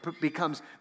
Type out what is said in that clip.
becomes